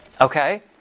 Okay